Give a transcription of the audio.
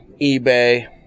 eBay